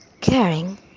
Caring